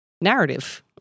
narrative